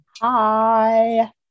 Hi